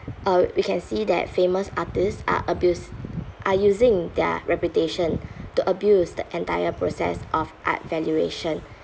uh we can see that famous artists are abuse are using their reputation to abuse the entire process of art valuation